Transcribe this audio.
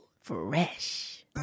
fresh